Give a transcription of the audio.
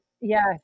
yes